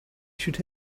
should